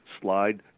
slide